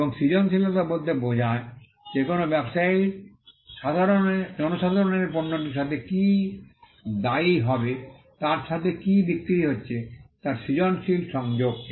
এবং সৃজনশীলতা বলতে বোঝায় যে কোনও ব্যবসায়ী জনসাধারণের পণ্যটির সাথে কী দায়ী হবে তার সাথে কী বিক্রি হচ্ছে তার সৃজনশীল সংযোগকে